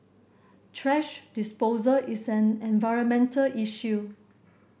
thrash disposal is an environmental issue